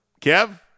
Kev